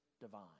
divine